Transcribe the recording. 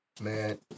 Man